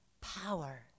power